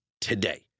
today